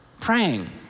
Praying